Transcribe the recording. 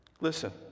Listen